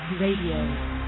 radio